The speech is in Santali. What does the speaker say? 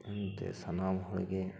ᱮᱱᱛᱮ ᱥᱟᱱᱟᱢ ᱦᱚᱲ ᱜᱮ